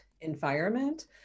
environment